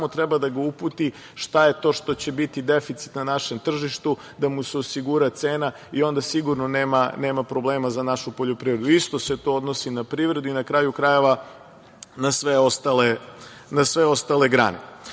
treba da ga uputi šta je to što će biti deficit na našem tržištu, da mu se osigura cena i onda sigurno nema problema za našu poljoprivredu. Isto se to odnosi na privredu i na kraju krajeva na sve ostale grane. Da